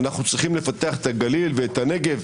אנחנו צריכים לפתח את הגליל ואת הנגב,